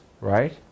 right